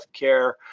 healthcare